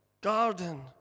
garden